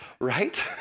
right